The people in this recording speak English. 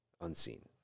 unseen